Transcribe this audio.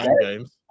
games